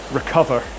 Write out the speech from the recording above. recover